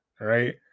right